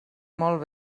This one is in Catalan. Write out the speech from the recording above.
molt